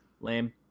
Lame